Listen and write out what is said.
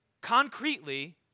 concretely